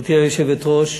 גברתי היושבת-ראש,